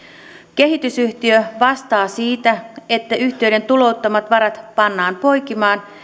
kehitysyhtiö vastaa siitä että yhtiöiden tulouttamat varat pannaan poikimaan